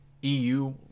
EU